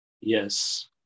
yes